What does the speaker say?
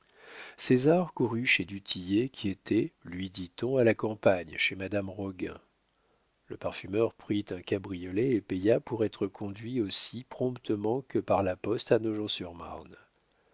escaliers césar courut chez du tillet qui était lui dit-on à la campagne chez madame roguin le parfumeur prit un cabriolet et paya pour être conduit aussi promptement que par la poste à nogent sur marne